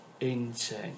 insane